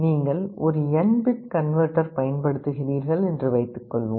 நீங்கள் ஒரு n bit converter பயன்படுத்துகிறீர்கள் என்று வைத்துக்கொள்வோம்